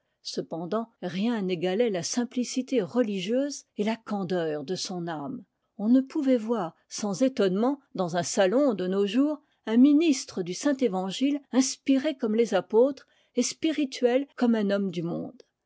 cependant rien n'égalait la simplicité religieuse et la candeur de son âme on ne pouvait voir sans étonnement dans un salon de nos jours un ministe du saint évangile inspiré comme les apôtres et spirituel comme un homme du monde